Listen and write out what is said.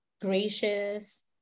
gracious